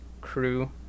crew